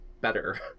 better